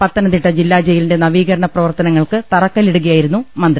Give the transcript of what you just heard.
പത്തനംതിട്ട ജില്ലാ ജയിലിന്റെ നവീകരണ പ്രവർത്തനങ്ങൾക്ക് തറക്കല്ലിടുകയായിരുന്നു മന്ത്രി